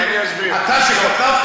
תלמידות